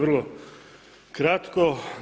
Vrlo kratko.